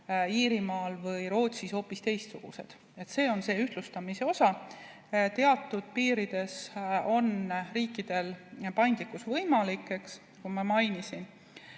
Iirimaal või Rootsis hoopis teistsugused. See on see ühtlustamise mõte. Teatud piirides on riikidel paindlikkus võimalik, nagu ma mainisin,